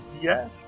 Yes